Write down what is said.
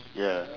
ya